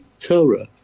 Torah